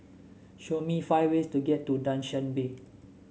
show me five ways to get to Dushanbe